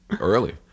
Early